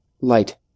Light